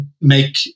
make